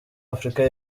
afurika